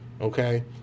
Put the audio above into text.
Okay